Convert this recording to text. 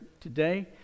today